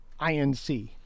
INC